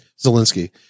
Zelensky